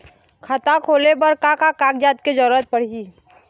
खाता खोले बर का का कागजात के जरूरत पड़ही?